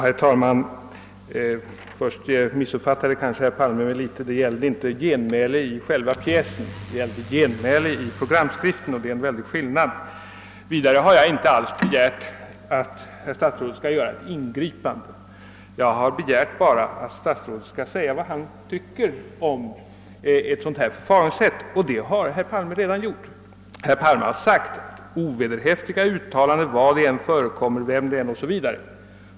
Herr talman! Herr Palme missuppfattade mig kanske på en punkt. Jag avsåg inte ett genmäle i själva pjäsen utan i programskriften, och det är stor skillnad. Vidare har jag inte alls begärt att herr statsrådet skall göra ett ingripande. Jag har bara begärt att statsrådet skall säga vad han tycker om ett sådant här förfaringssätt, och det har han gjort. Statsrådet säger ju i svaret: »Ovederhäftiga uttalanden, var de än förekommer, vem de än gäller, ———».